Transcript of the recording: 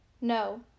No